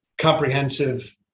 comprehensive